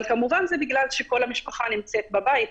אבל כמובן זה בגלל שכל המשפחה נמצאת בבית.